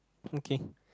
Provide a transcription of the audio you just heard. okay